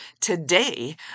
Today